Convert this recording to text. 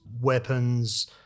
weapons